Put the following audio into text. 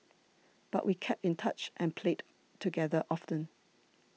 but we kept in touch and played together often